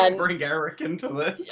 um bring eric into this!